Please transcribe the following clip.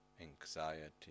anxiety